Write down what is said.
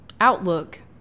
outlook